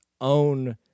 own